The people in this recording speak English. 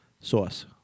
Sauce